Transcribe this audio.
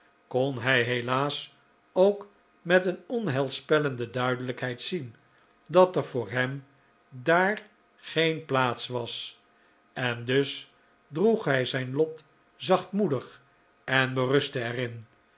kon hij helaas ook met een onheilspellende duidelijkheid zien dat er voor hem daar geen plaats was en dus droeg hij zijn lot zachtmoedig en berustte